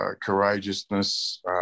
courageousness